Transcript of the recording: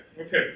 okay